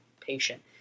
patient